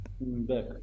back